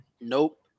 Nope